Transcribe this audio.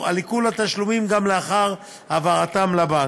על עיקול תשלומים גם לאחר העברתם לבנק.